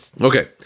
Okay